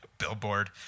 billboard